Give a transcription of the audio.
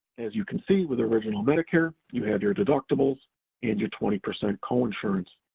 as you can see with original medicare, you have your deductibles and your twenty percent coinsurance.